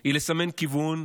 היא לסמן כיוון,